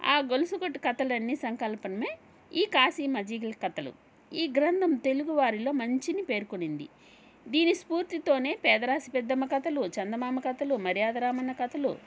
ఆ గొలుసుకట్టు కథలు అన్నీ సంకల్పనమే ఈ కాశీ మజిలీ కథలు ఈ గ్రంథం తెలుగువారిలో మంచిని పేర్కొనింది దీని స్ఫూర్తితోనే పేదరాశి పెద్దమ్మ కథలు చందమామ కథలు మర్యాదరామన్న కథలు